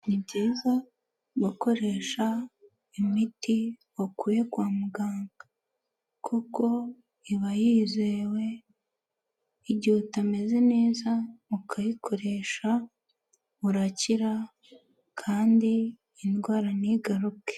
Ni byiza gukoresha imiti wakuye kwa muganga, kuko iba yizewe. Igihe utameze neza ukayikoresha urakira, kandi indwara ntigaruke.